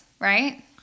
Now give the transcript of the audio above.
Right